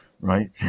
right